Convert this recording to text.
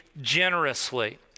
generously